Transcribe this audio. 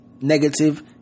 Negative